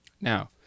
now